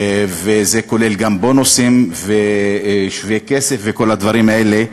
וזה כולל גם בונוסים ושווה-כסף וכל הדברים האלה.